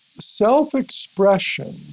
Self-expression